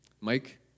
Mike